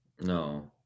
No